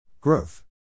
Growth